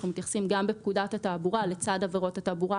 אנחנו מתייחסים גם בפקודת התעבורה לצד עבירות התעבורה,